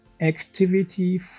Activity